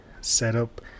setup